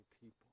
people